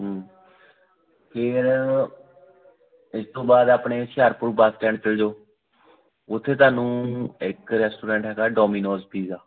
ਫੇਰ ਇਸ ਤੋਂ ਬਾਅਦ ਆਪਣੇ ਹੁਸ਼ਿਆਰਪੁਰ ਬੱਸ ਸਟੈਂਡ ਚੱਲ ਜੋ ਉੱਥੇ ਤੁਹਾਨੂੰ ਇੱਕ ਰੈਸਟੋਰੈਂਟ ਹੈਗਾ ਡੋਮੀਨੋਜ਼ ਪੀਜ਼ਾ